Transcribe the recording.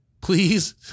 please